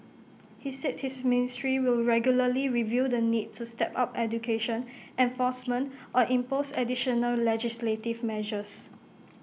he said his ministry will regularly review the need to step up education enforcement or impose additional legislative measures